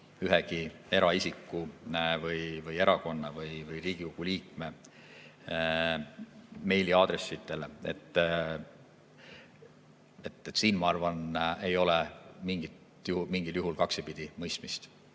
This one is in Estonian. ühegi eraisiku, erakonna või Riigikogu liikme meiliaadressile. Siin, ma arvan, ei ole mingil juhul kaksipidi mõistmist.